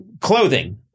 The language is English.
clothing